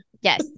yes